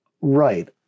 right